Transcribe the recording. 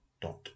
dot